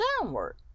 downward